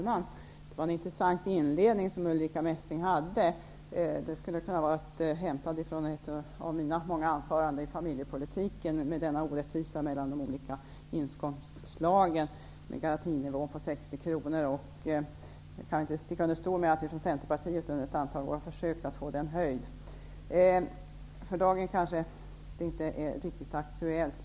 Herr talman! Ulrica Messings inledning var intressant. Den skulle lika väl kunna vara hämtad från ett av mina många anföranden om familjepolitiken, med tanke på orättvisan när det gäller de olika inkomstslagen och garantinivån på 60 kr. Jag kan inte sticka under stol med att vi i Centerpartiet under ett antal år har försökt att få till stånd en höjning. För dagen är det kanske inte riktigt aktuellt.